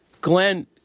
Glenn